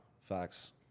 Facts